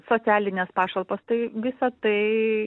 socialinės pašalpos tai visa tai